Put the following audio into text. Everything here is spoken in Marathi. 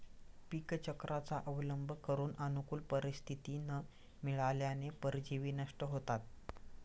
पीकचक्राचा अवलंब करून अनुकूल परिस्थिती न मिळाल्याने परजीवी नष्ट होतात